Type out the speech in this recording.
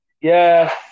Yes